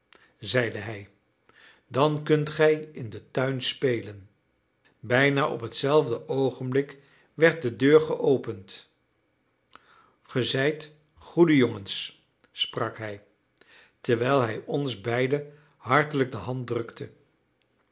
zeide hij dan kunt gij in den tuin spelen bijna op hetzelfde oogenblik werd de deur geopend ge zijt goede jongens sprak hij terwijl hij ons beiden hartelijk de